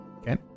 Okay